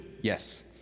Yes